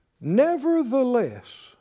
Nevertheless